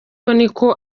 niko